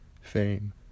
fame